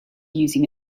using